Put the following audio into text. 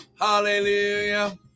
Hallelujah